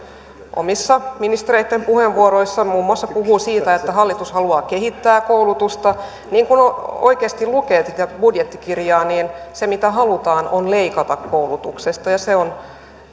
omissa ministereitten puheenvuoroissaan puhuu muun muassa siitä että hallitus haluaa kehittää koulutusta niin kun oikeasti lukee tätä budjettikirjaa niin se mitä halutaan on leikata koulutuksesta ja se on